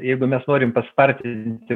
jeigu mes norim paspartinti